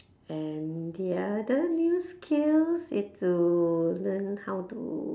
and the other new skills is to learn how to